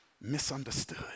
misunderstood